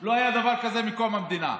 לא היה דבר כזה מקום המדינה,